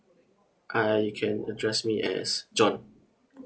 uh you can address me as john